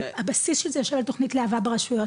הבסיס של זה יושב על תוכנית "להבה" ברשויות,